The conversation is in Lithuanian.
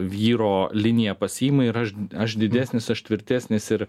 vyro liniją pasiima ir aš aš didesnis aš tvirtesnis ir